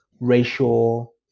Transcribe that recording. racial